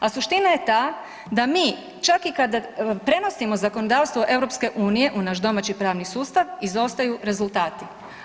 A suština je ta da mi čak i kada prenosimo zakonodavstvo EU u naš domaći pravni sustav izostaju rezultati.